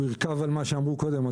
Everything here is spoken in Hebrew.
הוא ירכב על מה שאמרו קודם,